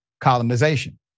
Colonization